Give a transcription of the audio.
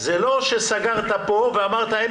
זה לא שסגרת פה ואמרת,